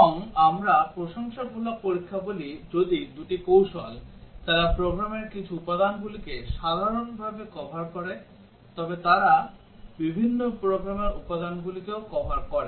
এবং আমরা প্রশংসামূলক পরীক্ষা বলি যদি দুটি কৌশল তারা প্রোগ্রামের কিছু উপাদানগুলিকে সাধারণভাবে কভার করে তবে তারা বিভিন্ন প্রোগ্রামের উপাদানগুলিকেও কভার করে